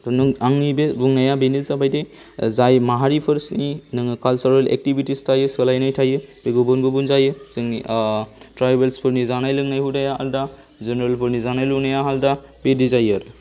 आंनि बे बुंनाया बेनो जाबाय दि जाय माहारिफोरनि नोङो काल्चारेल एक्टिभिटिस थायो सोलायनाय थायो बे गुबुन गुबुन जायो जोंनि ट्रायबेल्सफोरनि जानाय लोंनाय हुदाया आलादा जेनेरेलफोरनि जानाय लोंनाया आलादा बिदि जायो आरो